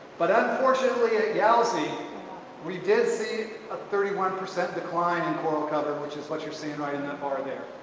but unfortunately a yawzi we did see a thirty one percent decline in coral cover which is what you're seeing right in the bar there.